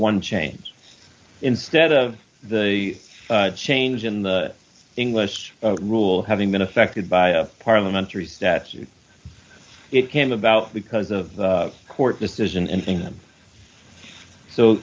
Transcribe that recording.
one change instead of the change in the english rule having been affected by a parliamentary statute it can't about because of the court decision